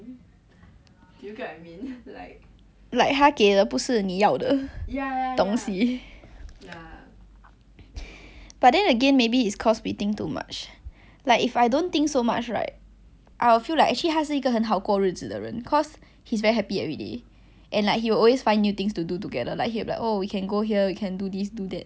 but then again maybe is cause we think too much like if I don't think too much right I will feel like actually 他是一个很好过日子的人 cause he's very happy already and like he will always find new things to do together like he will be like oh we can go here we can do this do that so like actually if you if you just see him as a normal friend right actually is a very fun person to be with cause like it's like a lot of positive energy